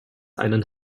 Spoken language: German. einen